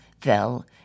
fell